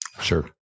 Sure